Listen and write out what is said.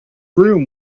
room